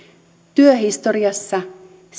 työhistoriassa